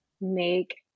make